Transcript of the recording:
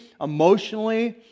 emotionally